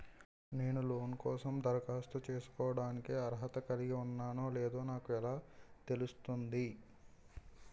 నేను లోన్ కోసం దరఖాస్తు చేసుకోవడానికి అర్హత కలిగి ఉన్నానో లేదో నాకు ఎలా తెలుస్తుంది?